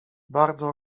bardzo